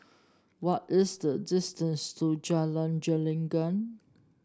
what is the distance to Jalan Gelenggang